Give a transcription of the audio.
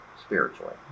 spiritually